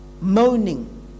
Moaning